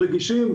רגישים,